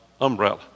umbrella